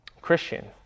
Christian